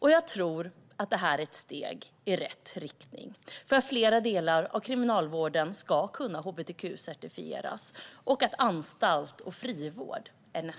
Jag tror att det här är ett steg i rätt riktning så att fler delar av kriminalvården ska kunna hbtq-certifieras och att nästa steg är anstalterna och frivården.